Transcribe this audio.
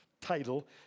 title